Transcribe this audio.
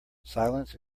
silence